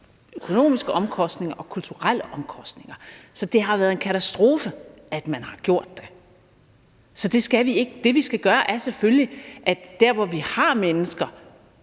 omkostninger og kulturelle omkostninger. Så det har været en katastrofe, at man har gjort det. Så det skal vi ikke. Det, vi skal gøre, er selvfølgelig, at vi der, hvor vi har mennesker,